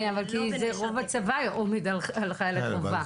כן, אבל זה כי רוב הצבא עומד על חיילי חובה.